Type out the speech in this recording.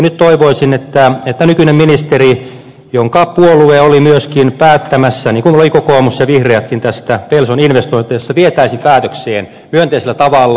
nyt toivoisin että nykyinen ministeri jonka puolue oli myöskin päättämässä niin kuin olivat kokoomus ja vihreätkin tästä pelson investoinnista sen veisi päätökseen myönteisellä tavalla